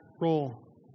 role